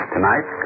Tonight